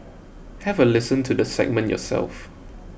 have a listen to the segment yourself